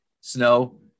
snow